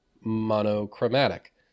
monochromatic